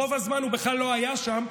רוב הזמן הוא בכלל לא היה שם,